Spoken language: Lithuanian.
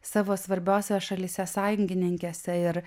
savo svarbiose šalyse sąjungininkėse ir